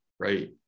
Right